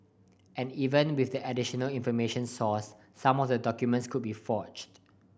and even with the additional information sourced some of the documents could be forged